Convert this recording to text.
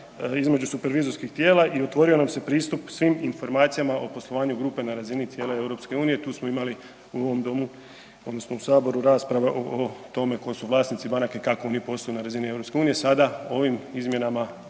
između supervizorskih tijela i otvorio nam se pristup svim informacijama o poslovanju grupe na razini cijele EU, tu smo imali u ovom Domu, odnosno u Saboru rasprave o tome tko su vlasnici banaka i kako mi poslujemo na razini EU. Sada ovim izmjenama